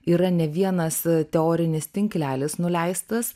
yra ne vienas teorinis tinklelis nuleistas